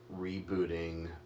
rebooting